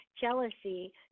jealousy